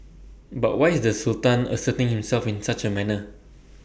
but why is the Sultan asserting himself in such A manner